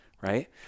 right